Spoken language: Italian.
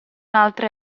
altre